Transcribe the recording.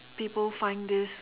people find this